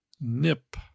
nip